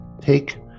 take